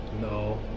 No